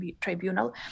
Tribunal